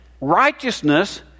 righteousness